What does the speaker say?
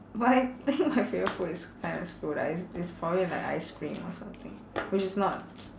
but I think my favourite food is kinda screwed ah it's it's probably like ice cream or something which is not